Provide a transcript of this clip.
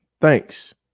Thanks